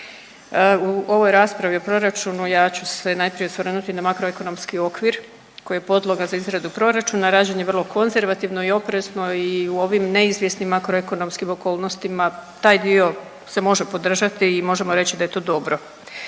U ovoj raspravi o proračunu ja ću se najprije osvrnuti na makro ekonomski okvir koji je podloga za izradu proračuna, rađen je vrlo konzervativno i oprezno i u ovim neizvjesnim makro ekonomskim okolnostima taj dio se može podržati i možemo reći da je to dobro.